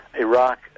Iraq